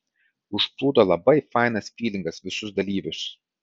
užplūdo labai fainas fylingas visus dalyvius